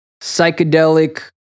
psychedelic